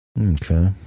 Okay